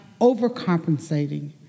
overcompensating